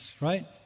right